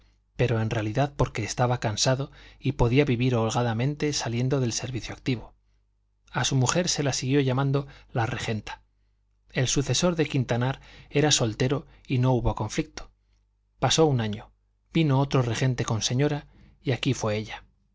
pero en realidad porque estaba cansado y podía vivir holgadamente saliendo del servicio activo a su mujer se la siguió llamando la regenta el sucesor de quintanar era soltero y no hubo conflicto pasó un año vino otro regente con señora y aquí fue ella